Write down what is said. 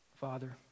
Father